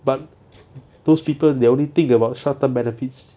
but those people they only think about short term benefits